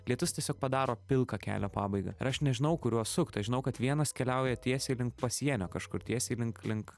lietus tiesiog padaro pilką kelio pabaigą ir aš nežinojau kuriuo sukt aš žinojau kad vienas keliauja tiesiai link pasienio kažkur tiesiai link link